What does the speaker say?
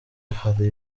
hari